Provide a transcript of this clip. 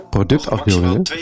Productafbeeldingen